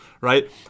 right